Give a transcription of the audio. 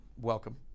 welcome